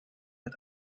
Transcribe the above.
hat